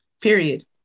period